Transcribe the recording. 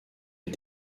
est